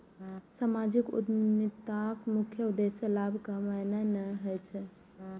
सामाजिक उद्यमिताक मुख्य उद्देश्य लाभ कमेनाय नहि होइ छै